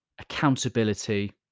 accountability